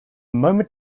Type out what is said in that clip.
moment